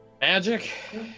Magic